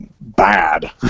bad